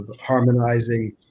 harmonizing